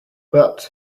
but